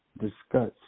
discuss